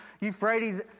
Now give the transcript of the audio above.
Euphrates